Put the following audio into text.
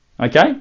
Okay